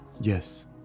yes